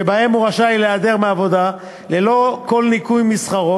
שבהן הוא רשאי להיעדר מעבודה ללא כל ניכוי משכרו,